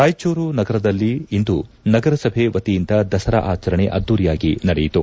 ರಾಯಚೂರು ನಗರದಲ್ಲಿಂದು ನಗರ ಸಭೆ ವತಿಯಿಂದ ದಸರಾ ಆಚರಣೆ ಅದ್ಧೂರಿಯಾಗಿ ನಡೆಯಿತು